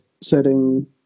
setting